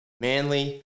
Manly